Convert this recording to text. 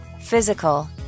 Physical